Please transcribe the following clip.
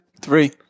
Three